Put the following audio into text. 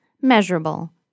measurable